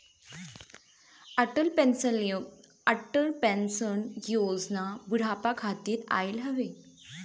Atal pension Yojana बुढ़ापा खातिर आईल हवे